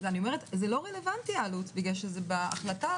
זה לא רלוונטי העלות בגלל שזה בהחלטה,